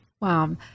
Wow